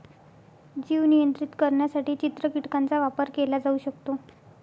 जीव नियंत्रित करण्यासाठी चित्र कीटकांचा वापर केला जाऊ शकतो